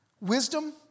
Wisdom